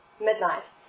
midnight